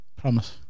Promise